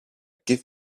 give